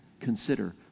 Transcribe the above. consider